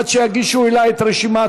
עד שיגישו אלי את רשימת,